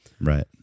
Right